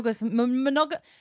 Monogamous